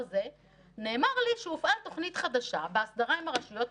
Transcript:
נאמר לי שהופעלה תוכנית חדשה בהסדרה עם הרשויות,